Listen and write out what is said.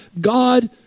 God